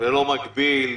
ולא מגביל.